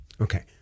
Okay